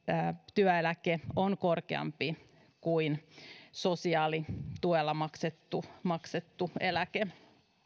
työeläke on korkeampi kuin sosiaalituella maksettu maksettu eläke